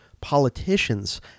politicians